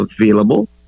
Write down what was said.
available